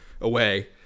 away